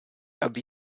aby